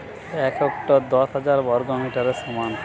এক হেক্টর দশ হাজার বর্গমিটারের সমান